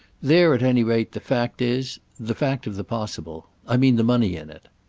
there at any rate the fact is the fact of the possible. i mean the money in it.